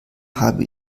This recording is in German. habe